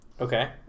okay